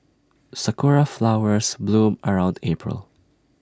Sakura Flowers bloom around April